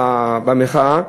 במחאה,